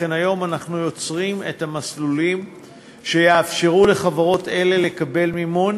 ואכן היום אנחנו יוצרים את המסלולים שיאפשרו לחברות אלה לקבל מימון,